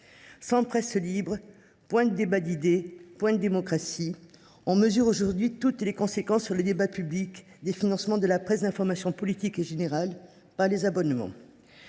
Sans presse libre, point de débat d’idées, point de démocratie. On mesure aujourd’hui toutes les conséquences sur le débat public des financements de la presse d’information politique et générale par le déclin des abonnements.